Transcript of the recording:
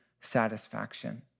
satisfaction